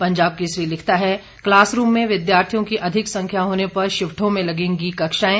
पंजाब केसरी लिखता है क्लासरूम में विद्यार्थियों की अधिक संख्या होने पर शिफ्टों में लगेंगी कक्षाएं